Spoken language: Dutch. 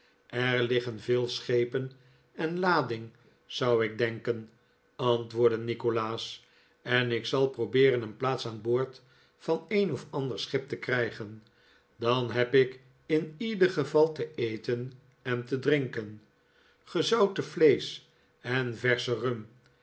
er liggen veel schepen in lading zou ik denken antwoordde nikolaas en ik zal probeeren een plaats aan boord van een of ander scrap te krijgen dan heb ik in ieder geval te eten en te drinken gezouten vleesch en versche rum